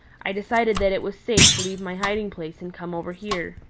i decided that it was safe to leave my hiding place and come over here.